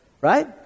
Right